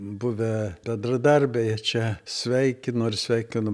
buvę bendradarbiai jie čia sveikino ir sveikino